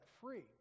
free